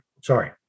sorry